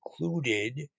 included